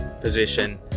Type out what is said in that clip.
position